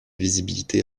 visibilité